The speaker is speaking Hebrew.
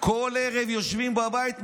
כל ערב יושבים בבית,